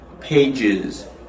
pages